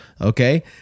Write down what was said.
Okay